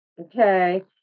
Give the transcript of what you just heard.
okay